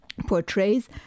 Portrays